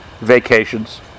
Vacations